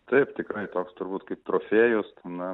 taip tikrai toks turbūt kaip trofėjus na